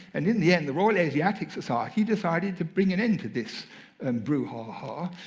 and in the end, the royal asiatic society decided to bring an end to this and brouhaha.